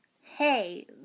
Hey